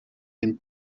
and